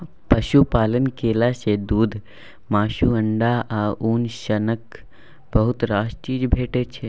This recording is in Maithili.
पशुपालन केला सँ दुध, मासु, अंडा आ उन सनक बहुत रास चीज भेटै छै